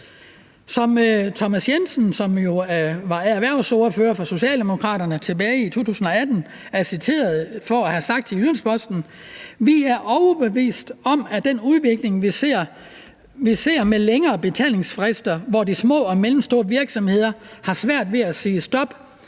her. Thomas Jensen, som jo var erhvervsordfører for Socialdemokraterne tilbage i 2018, er citeret for at have sagt til Jyllands-Posten: »Vi er overbevist om, at den udvikling vi ser med længere betalingsfrister, hvor de små og mellemstore virksomheder har svært ved at sige stop,